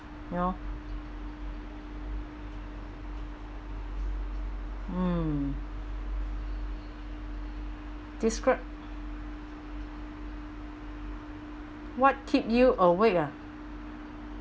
you know mm what keep you awake ah